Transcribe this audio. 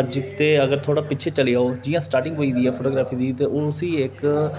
अज्ज दे थोह्ड़ा पिच्छें चली जाओ जि'यां स्टार्टिंग होई दी ऐ फोटोग्रॉफी दी ते उसी इक्क